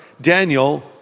Daniel